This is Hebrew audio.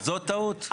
זו טעות.